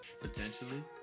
Potentially